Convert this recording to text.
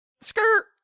Skirt